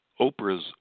Oprah's